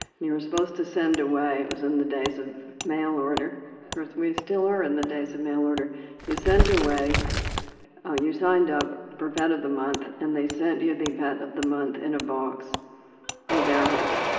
you were supposed to send away it was in the days of mail order we still are in the days of mail order you sent away ah you signed up for pet of the month, and they sent you the pet of the month in a box with air holes.